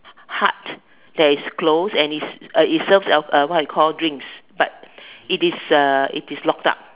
hut that is closed and is uh it serves alco~ what you call drinks but it is uh it is locked up